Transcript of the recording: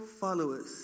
followers